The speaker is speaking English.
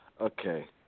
Okay